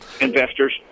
investors